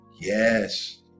Yes